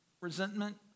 Resentment